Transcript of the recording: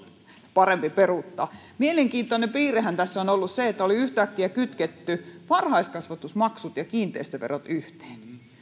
parempi peruuttaa mielenkiintoinen piirrehän tässä on ollut se että oli yhtäkkiä kytketty varhaiskasvatusmaksut ja kiinteistöverot yhteen